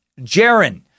Jaron